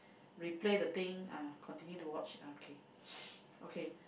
replay the thing ah continue to watch ah okay okay